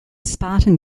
spartan